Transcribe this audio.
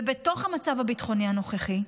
ובתוך המצב הביטחוני הנוכחי,